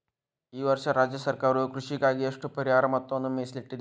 ಈ ವರ್ಷ ರಾಜ್ಯ ಸರ್ಕಾರವು ಕೃಷಿಗಾಗಿ ಎಷ್ಟು ಪರಿಹಾರ ಮೊತ್ತವನ್ನು ಮೇಸಲಿಟ್ಟಿದೆ?